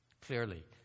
Clearly